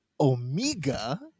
Omega